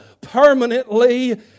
permanently